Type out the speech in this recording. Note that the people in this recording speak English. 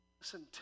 Listen